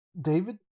David